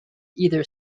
either